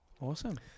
awesome